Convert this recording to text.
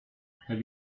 have